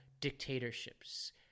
dictatorships